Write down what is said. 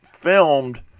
filmed